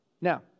Now